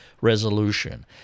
resolution